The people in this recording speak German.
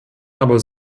aber